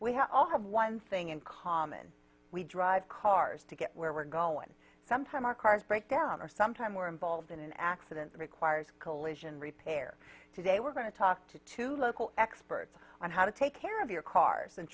have all have one thing in common we drive cars to get where we're going some time our cars break down or sometime we're involved in an accident that requires collision repair today we're going to talk to two local experts on how to take care of your cars and